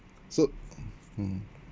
so mm